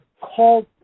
called